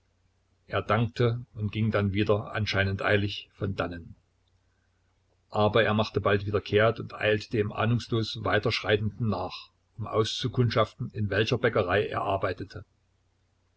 er dankte und ging dann wieder anscheinend eilig von dannen aber er machte bald wieder kehrt und eilte dem ahnungslos weiterschreitenden nach um auszukundschaften in welcher bäckerei er arbeitete